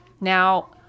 Now